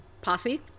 posse